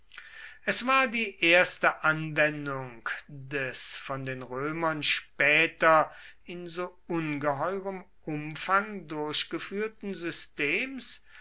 es war die erste anwendung des von den römern später in so ungeheurem umfang durchgeführten systems